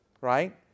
right